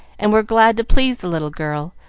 and were glad to please the little girl,